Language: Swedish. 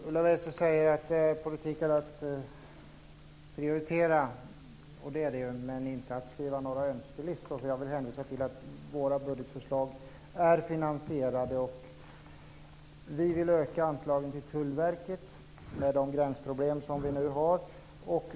Herr talman! Ulla Wester säger att politik är att prioritera. Det är det ju, men det är inte att skriva några önskelistor. Jag vill hänvisa till att våra budgetförslag är finansierade. Vi vill öka anslagen till Tullverket med de gränsproblem Sverige nu har.